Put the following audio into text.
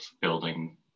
building